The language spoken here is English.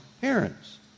parents